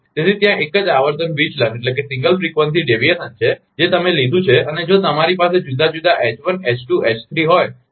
તેથી ત્યાં એક જ આવર્તન વિચલન છે જે તમે લીધું છે અને જો તમારી પાસે જુદા જુદા H1 H2 H3 હોય તો પણ તેના સમકક્ષ મેળવી શકાય છે